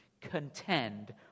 contend